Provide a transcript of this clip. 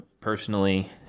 personally